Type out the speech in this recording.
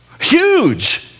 huge